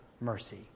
mercy